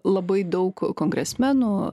labai daug kongresmenų